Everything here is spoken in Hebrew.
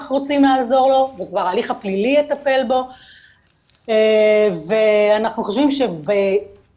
רוצים לעזור לו וכבר ההליך הפלילי יטפל בו ואנחנו חושבים שבקטינים,